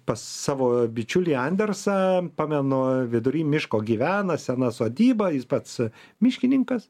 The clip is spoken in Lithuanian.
pas savo bičiulį andersą pamenu vidury miško gyvena sena sodyba jis pats miškininkas